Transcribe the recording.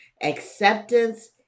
acceptance